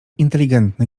inteligentny